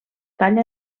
talla